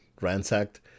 ransacked